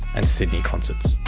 and sydney concerts.